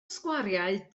sgwariau